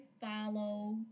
follow